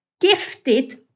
gifted